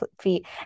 feet